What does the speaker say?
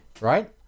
right